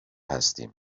هستیم